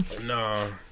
No